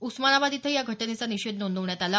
उस्मानाबाद इथंही या घटनेचा निषेध नोंदवण्यात आला